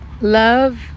love